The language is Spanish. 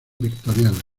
victoriana